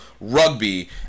rugby